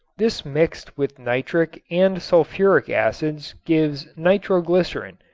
this mixed with nitric and sulfuric acids gives nitroglycerin,